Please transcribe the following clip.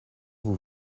vous